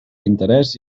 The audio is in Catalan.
interés